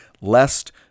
lest